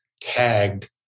tagged